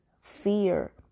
fear